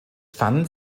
fand